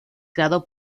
creado